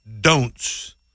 don'ts